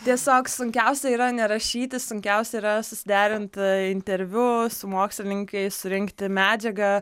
tiesiog sunkiausia yra nerašyti sunkiausia yra susiderinti interviu su mokslininkais surinkti medžiagą